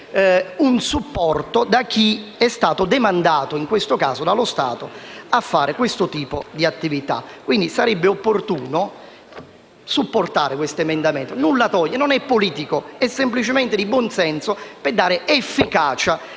da parte di chi è stato demandato, in questo caso dallo Stato, a svolgere questo tipo di attività. Quindi sarebbe opportuno supportare questo emendamento che nulla toglie, non è politico, ma è semplicemente di buonsenso per dare efficacia